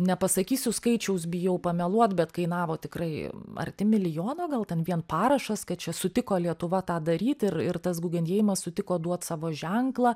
nepasakysiu skaičiaus bijau pameluot bet kainavo tikrai arti milijono gal ten vien parašas kad čia sutiko lietuva tą daryt ir ir tas gugenheimas sutiko duot savo ženklą